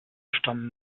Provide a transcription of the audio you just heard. stammen